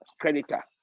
creditor